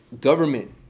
Government